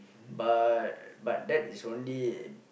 but but that is only